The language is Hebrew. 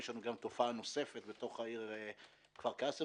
יש לנו תופעה נוספת בתוך העיר כפר קאסם